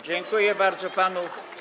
Dziękuję bardzo panu.